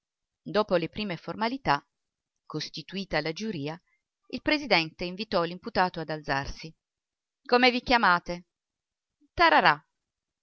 dopo le prime formalità costituita la giuria il presidente invitò l'imputato ad alzarsi come vi chiamate tararà